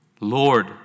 Lord